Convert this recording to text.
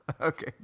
okay